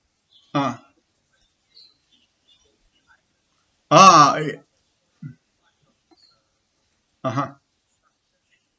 ah ah eh (uh huh)